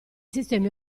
sistemi